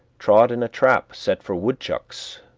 trod in a trap set for woodchucks,